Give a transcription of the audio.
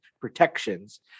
protections